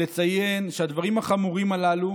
לציין שהדברים החמורים הללו,